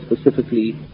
specifically